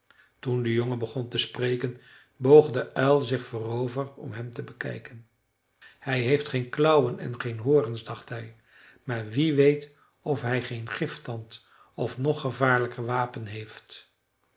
toen de jongen begon te spreken boog de uil zich voorover om hem te bekijken hij heeft geen klauwen en geen horens dacht hij maar wie weet of hij geen gifttand of nog gevaarlijker wapen heeft